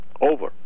over